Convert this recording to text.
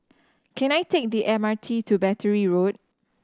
can I take the M R T to Battery Road